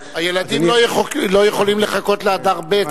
הילדים לא יכולים לחכות לאדר ב'.